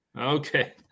okay